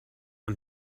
and